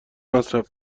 مصرف